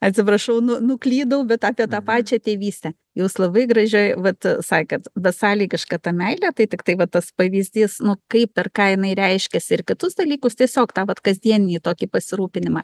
atsiprašau nu nuklydau bet apie tą pačią tėvystę jūs labai gražiai vat sakėt besąlygiška ta meilė tai tiktai va tas pavyzdys nu kaip per ką jinai reiškiasi ir kitus dalykus tiesiog tą vat kasdieninį tokį pasirūpinimą